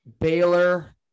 Baylor